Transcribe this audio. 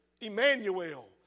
Emmanuel